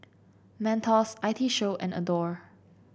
Mentos I T Show and Adore